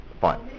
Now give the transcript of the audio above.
Fine